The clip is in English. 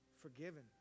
Forgiven